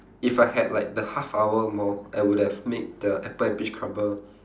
if I had like the half hour more I would have made the apple and peach crumble